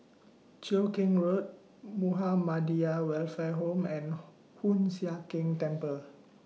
Cheow Keng Road Muhammadiyah Welfare Home and Hoon Sian Keng Temple